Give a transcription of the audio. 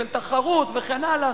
של תחרות וכן הלאה,